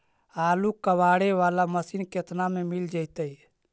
आलू कबाड़े बाला मशीन केतना में मिल जइतै?